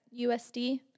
USD